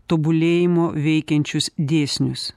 tobulėjimo veikiančius dėsnius